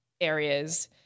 areas